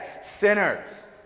sinners